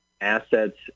assets